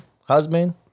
husband